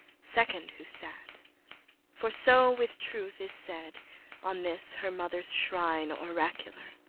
second who sat for so with truth is said on this her mother's shrine oracular.